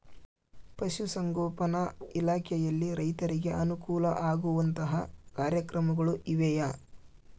ಪಶುಸಂಗೋಪನಾ ಇಲಾಖೆಯಲ್ಲಿ ರೈತರಿಗೆ ಅನುಕೂಲ ಆಗುವಂತಹ ಕಾರ್ಯಕ್ರಮಗಳು ಇವೆಯಾ?